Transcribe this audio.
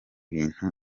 bintu